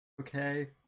Okay